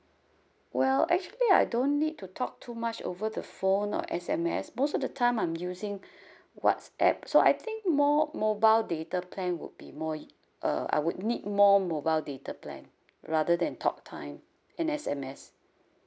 well actually I don't need to talk too much over the phone or S_M_S most of the time I'm using whatsapp so I think more mobile data plan would be more u~ uh I would need more mobile data plan rather than talktime and S_M_S